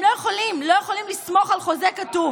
הם לא יכולים, לא יכולים לסמוך על חוזה כתוב.